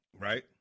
Right